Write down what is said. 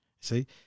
See